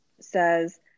says